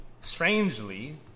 strangely